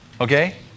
Okay